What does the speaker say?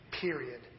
Period